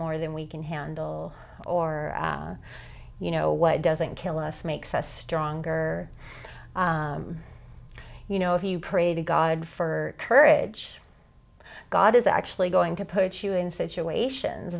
more than we can handle or you know what doesn't kill us makes us stronger you know if you pray to god for courage god is actually going to put you in situations